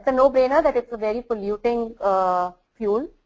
and no brainer that it's a very polluting ah fuel.